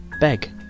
Beg